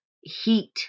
heat